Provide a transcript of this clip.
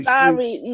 Sorry